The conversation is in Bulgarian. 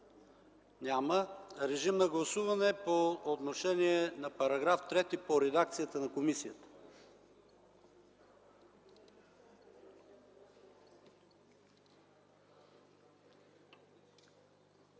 Няма. Режим на гласуване по отношение на § 4 по редакцията на комисията.